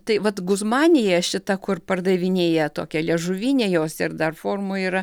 tai vat guzmanija šita kur pardavinėja tokia liežuvinė jos ir dar formų yra